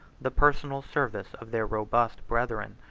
the personal service of their robust brethren.